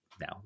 now